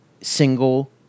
single